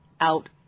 out